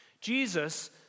Jesus